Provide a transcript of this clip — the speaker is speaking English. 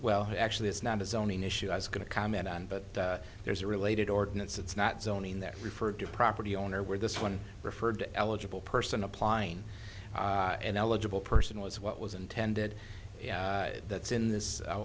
well actually it's not a zoning issue i was going to comment on but there's a related ordinance it's not zoning that referred to a property owner where this one referred to eligible person applying an eligible person was what was intended that's in this